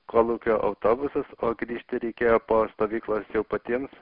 kolūkio autobusas o grįžti reikėjo po stovyklos jau patiems